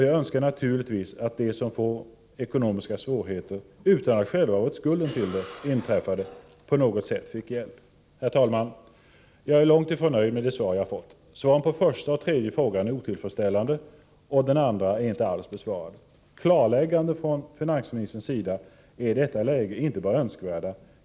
Jag önskar naturligtvis att de som drabbas av ekonomiska svårigheter utan att själva bära skulden till det inträffade på något sätt får hjälp. Herr talman! Jag är långt ifrån nöjd med de svar som jag fått. Svaren på den första och den tredje frågan är otillfredsställande, och den andra frågan ärinte alls besvarad. Ett klarläggande från finansministern sida är i detta läge inte bara önskvärt.